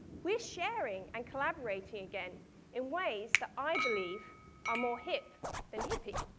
we're sharing and collaborating again in ways that i believe are more hip than hippie.